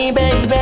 baby